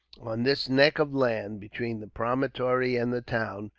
on this neck of land, between the promontory and the town,